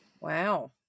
Wow